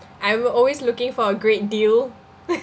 I'm always looking for a great deal